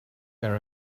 there